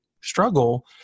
struggle